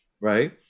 right